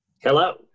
Hello